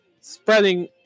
spreading